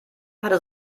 hatte